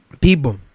people